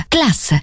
Class